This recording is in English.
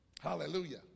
Hallelujah